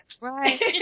Right